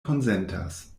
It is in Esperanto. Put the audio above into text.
konsentas